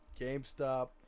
GameStop